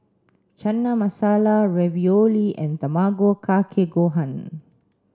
Chana Masala Ravioli and Tamago Kake Gohan